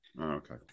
okay